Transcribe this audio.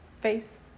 face